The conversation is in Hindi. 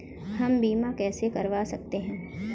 हम बीमा कैसे करवा सकते हैं?